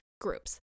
groups